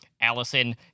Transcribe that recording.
Allison